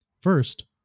First